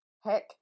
Heck